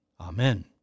Amen